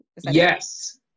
Yes